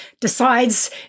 decides